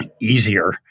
easier